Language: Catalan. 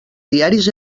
diaris